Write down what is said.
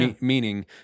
meaning